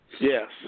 Yes